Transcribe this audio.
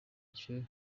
icyo